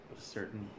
certain